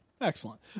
Excellent